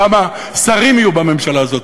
לא כמה שרים יהיו בממשלה הזאת.